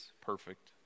perfect